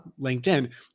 LinkedIn